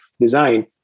design